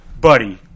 buddy